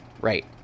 right